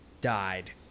died